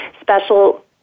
special